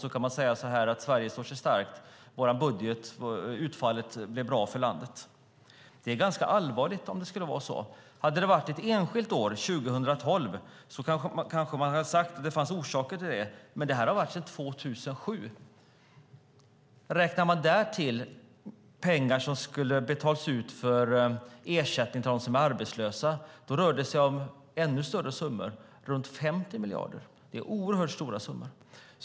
Sedan kan man säga att Sverige står starkt och att budgetutfallet är bra för landet. Det är ganska allvarligt om det skulle vara så. Hade det varit ett enskilt år, 2012, kanske man hade sagt att det fanns orsaker till det. Men det här har varit sedan 2007. Om vi därtill räknar pengar som skulle ha betalats ut i ersättning till dem som är arbetslösa rör det sig om ännu större summor, runt 50 miljarder. Det är oerhört stora summor.